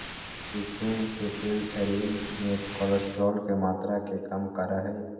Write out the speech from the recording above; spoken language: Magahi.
कुसुम के तेल शरीर में कोलेस्ट्रोल के मात्रा के कम करा हई